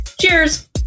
cheers